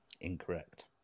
Incorrect